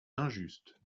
injuste